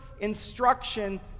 instruction